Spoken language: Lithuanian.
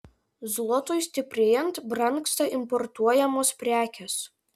zlotui stiprėjant brangsta importuojamos prekės